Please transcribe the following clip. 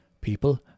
People